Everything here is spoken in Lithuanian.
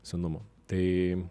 senumo tai